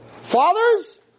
Fathers